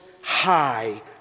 high